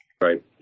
right